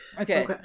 Okay